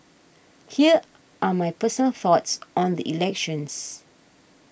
here are my personal thoughts on the elections